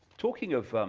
talking of